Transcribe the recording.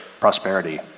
prosperity